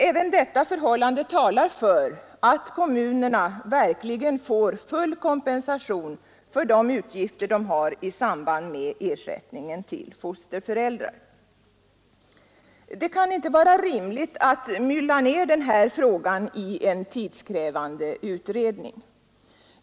Även detta förhållande talar för att kommunerna verkligen får full kompensation för de utgifter de har i samband med ersättningen till fosterföräldrar. Det kan inte vara rimligt att mylla ner den här frågan i en tidskrävande utredning.